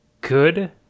good